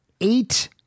eight